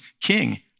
king